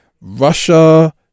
Russia